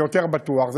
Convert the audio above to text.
זה יותר בטוח.